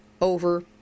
over